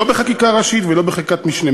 לא בחקיקה ראשית ולא בחקיקת משנה.